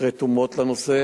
רתומות לנושא.